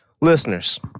Listeners